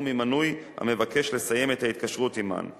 ממנוי המבקש לסיים את ההתקשרות עמן.